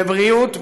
בבריאות,